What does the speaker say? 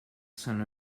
son